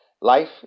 Life